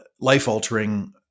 life-altering